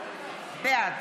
בעד